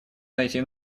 найти